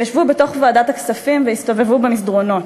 שישבו בוועדת הכספים והסתובבו במסדרונות,